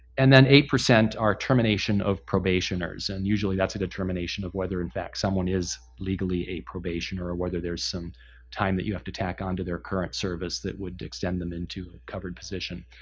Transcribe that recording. and then eight percent are termination of probationers, and usually that's a determination of whether in fact someone is legally a probationer or whether there's some time that you have to tack on to their current service that would extend them into a covered position.